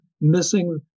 missing